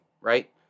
right